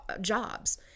jobs